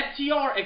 FTR